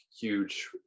huge